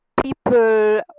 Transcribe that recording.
people